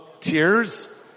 tears